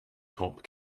cop